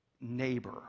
neighbor